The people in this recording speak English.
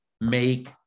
Make